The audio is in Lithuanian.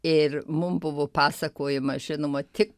ir mum buvo pasakojama žinoma tik